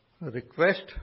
request